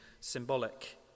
symbolic